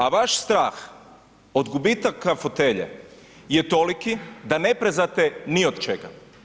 A vaš strah od gubitaka fotelje je toliki da neprezate ni od čega.